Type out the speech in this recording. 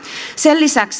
sen lisäksi